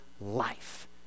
life